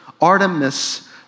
Artemis